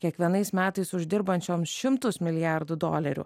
kiekvienais metais uždirbančioms šimtus milijardų dolerių